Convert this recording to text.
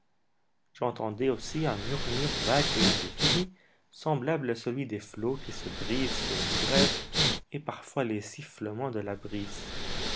j'entendais aussi un murmure vague et indéfini semblable à celui des flots qui se brisent sur une grève et parfois les sifflements de la brise